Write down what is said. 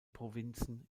provinzen